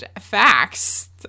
facts